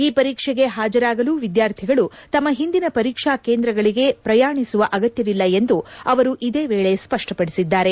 ಈ ಪರೀಕ್ಷೆಗೆ ಹಾಜರಾಗಲು ವಿದ್ಯಾರ್ಥಿಗಳು ತಮ್ಮ ಹಿಂದಿನ ಪರೀಕ್ಷಾ ಕೇಂದ್ರಗಳಿಗೆ ಪ್ರಯಾಣಿಸುವ ಅಗತ್ಯವಿಲ್ಲ ಎಂದು ಅವರು ಇದೇ ವೇಳೆ ಸ್ಪಷ್ಟಪಡಿಸಿದ್ದಾರೆ